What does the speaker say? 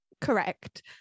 Correct